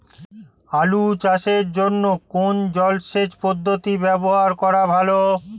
আলু চাষের জন্য কোন জলসেচ পদ্ধতি ব্যবহার করা ভালো?